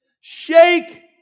Shake